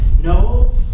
no